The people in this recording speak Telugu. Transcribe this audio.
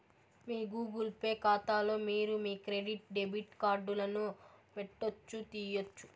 మీ గూగుల్ పే కాతాలో మీరు మీ క్రెడిట్ డెబిట్ కార్డులను పెట్టొచ్చు, తీయొచ్చు